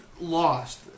lost